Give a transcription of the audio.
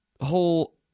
whole